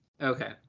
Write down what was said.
okay